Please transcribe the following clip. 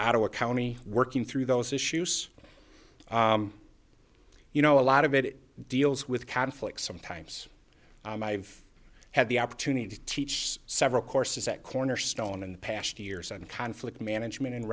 our county working through those issues you know a lot of it deals with conflicts sometimes and i have had the opportunity to teach several courses at cornerstone in the past years on conflict management and